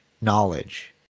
knowledge